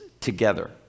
together